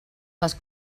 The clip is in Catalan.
les